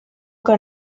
que